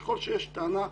וככל שיש טענה למישהו,